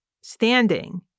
standing